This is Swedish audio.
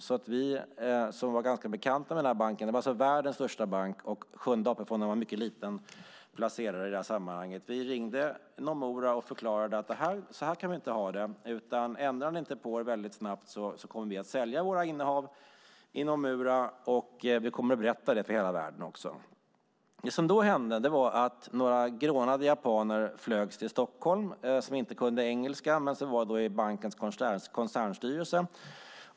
Eftersom vi var ganska bekanta med den här banken, det var alltså världens största bank och Sjunde AP-fonden var en mycket liten placerare i det här sammanhanget, ringde vi Nomura och förklarade att så här kan vi inte ha det. Ändrar ni er inte väldigt snabbt kommer vi att sälja våra innehav i Nomura, och vi kommer att berätta det för hela världen också. Det som då hände var att några grånade japaner som inte kunde engelska flögs till Stockholm. Det var bankens koncernstyrelse.